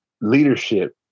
leadership